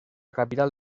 capital